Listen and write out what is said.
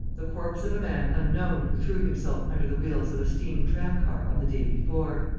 the corpse of a man unknown who threw himself under the wheels of a steam tram-car on the day before.